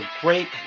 great